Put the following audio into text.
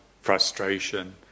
frustration